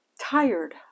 tired